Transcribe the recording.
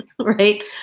Right